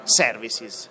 services